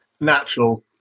natural